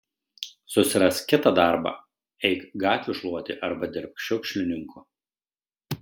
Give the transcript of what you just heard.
susirask kitą darbą eik gatvių šluoti arba dirbk šiukšlininku